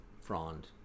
frond